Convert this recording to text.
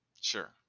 Sure